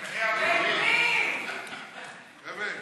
היא אמרה: בחייאת רבאק, דברו בערבית.